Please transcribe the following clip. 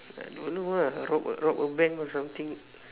I don't know ah rob a rob a bank or something